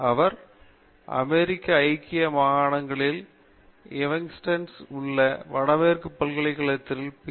அவர் அமெரிக்க ஐக்கிய மாகாணங்களில் ஈவன்ஸ்டனில் உள்ள வடமேற்கு பல்கலைக்கழகத்திலிருந்து பி